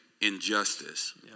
injustice